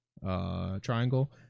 Triangle